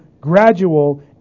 gradual